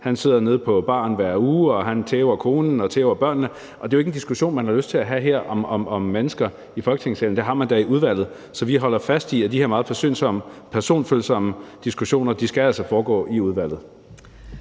han sidder nede på baren hver uge, og han tæver konen og tæver børnene. Det er jo ikke en diskussion, man har lyst til at have her i Folketingssalen om mennesker, for det har man da i udvalget. Så vi holder fast i, at de her meget personfølsomme diskussioner altså skal foregå i udvalget,